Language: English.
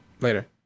Later